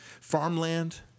farmland